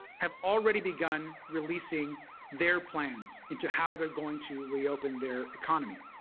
have already begun releasing their plans into how they're going to reopen their economy.